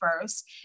first